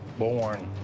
bourne.